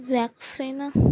vaccine